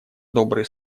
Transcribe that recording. добрые